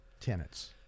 tenants